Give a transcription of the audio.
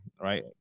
right